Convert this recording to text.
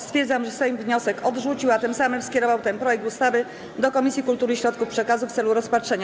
Stwierdzam, że Sejm wniosek odrzucił, a tym samym skierował ten projekt ustawy do Komisji Kultury i Środków Przekazu w celu rozpatrzenia.